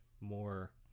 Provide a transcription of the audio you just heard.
more